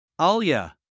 Alia